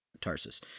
Tarsus